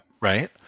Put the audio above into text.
Right